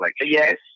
Yes